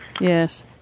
Yes